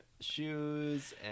shoes